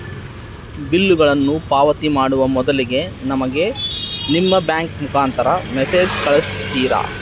ಬಿಲ್ಲುಗಳನ್ನ ಪಾವತಿ ಮಾಡುವ ಮೊದಲಿಗೆ ನಮಗೆ ನಿಮ್ಮ ಬ್ಯಾಂಕಿನ ಮುಖಾಂತರ ಮೆಸೇಜ್ ಕಳಿಸ್ತಿರಾ?